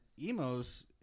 Emo's